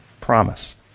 promise